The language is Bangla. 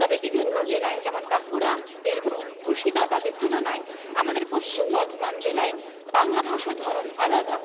তবে বিভিন্ন জেলায় যেমন বাঁকুড়া বীরভূম মুর্শিদাবাদের তুলনায় আমাদের পশ্চিম বর্ধমান জেলায় বাংলা ভাষার ধরন আলাদা